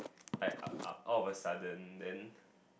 like uh uh all of a sudden then